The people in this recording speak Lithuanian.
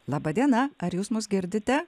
laba diena ar jūs mus girdite